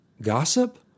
gossip